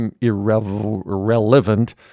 irrelevant